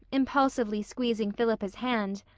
impulsively squeezing philippa's hand,